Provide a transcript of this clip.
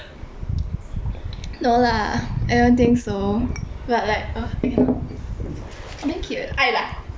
no lah I don't think so but like I cannot he very cute eh 喜欢